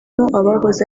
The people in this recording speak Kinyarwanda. abahoze